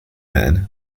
man